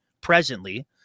presently